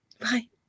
bye